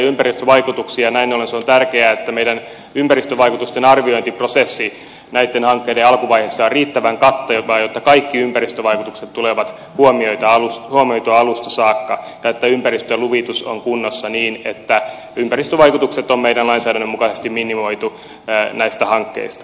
näin ollen on tärkeää että meidän ympäristövaikutusten arviointiprosessi näitten hankkeiden alkuvaiheessa saa riittävän katteen jotta kaikki ympäristövaikutukset tulee huomioitua alusta saakka ja että ympäristöluvitus on kunnossa niin että ympäristövaikutukset ovat meidän lainsäädäntömme mukaisesti minimoitu näistä hankkeista